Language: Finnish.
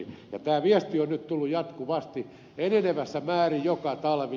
tätä viestiä on nyt tullut jatkuvasti enenevässä määrin joka talvi